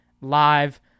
live